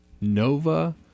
Nova